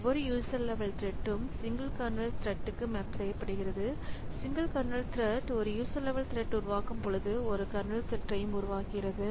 ஒவ்வொரு யூதர் லெவல் த்ரெட்ம் சிங்கிள் கர்னல் த்ரெட்க்கு மேப் செய்யப்படுகிறது சிங்கிள் கர்னல் த்ரெட் ஒரு யூசர் லெவல் த்ரெட் உருவாக்கும்போது ஒரு கர்னல் த்ரெட்யும் உருவாக்குகிறது